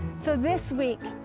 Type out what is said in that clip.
so this week,